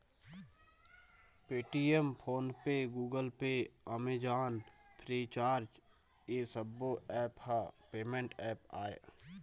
Paytm, PhonePe, Google Pay, Amazon, Freecharge ए सब्बो apps ह पेमेंट ऐप्स आय